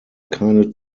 keine